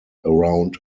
around